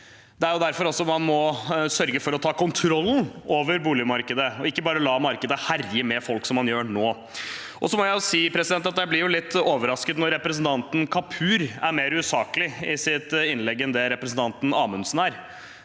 Det er derfor man må sørge for å ta kontroll over boligmarkedet og ikke bare la markedet herje med folk, som man gjør nå. Jeg må si at jeg blir litt overrasket når representanten Kapur er mer usaklig i sitt innlegg enn det representanten Amundsen er